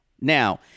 Now